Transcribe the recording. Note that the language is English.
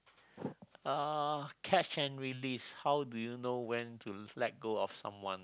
uh catch and release how do you know when to let go of someone